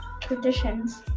traditions